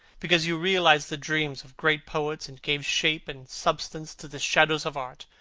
because you realized the dreams of great poets and gave shape and substance to the shadows of art.